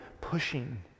pushing